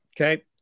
Okay